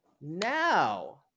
now